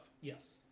Yes